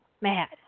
mad